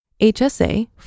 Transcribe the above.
HSA